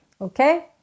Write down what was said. okay